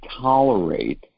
tolerate